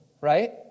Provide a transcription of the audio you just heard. right